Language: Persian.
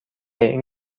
این